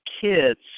kids